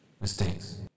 Mistakes